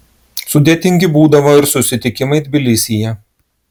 sudėtingi būdavo ir susitikimai tbilisyje